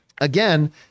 again